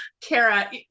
Kara